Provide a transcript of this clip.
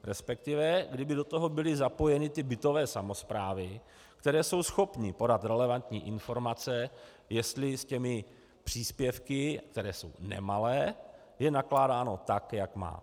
Respektive kdyby do toho byly zapojeny bytové samosprávy, které jsou schopny podat relevantní informace, jestli s těmi příspěvky, které jsou nemalé, je nakládáno tak, jak má.